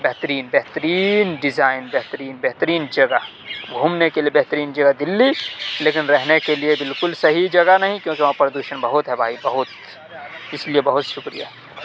بہترین بہترین ڈیزائین بہترین بہترین جگہ گھومنے کے لیے بہترین جگہ دلّی لیکن رہنے کے لیے بالکل صحیح جگہ نہیں کیونکہ وہاں پردوشن بہت ہے بھائی بہت اس لیے بہت شکریہ